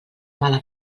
mala